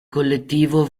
collettivo